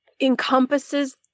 encompasses